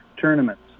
tournaments